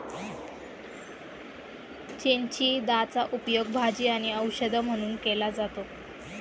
चिचिंदाचा उपयोग भाजी आणि औषध म्हणून केला जातो